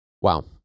Wow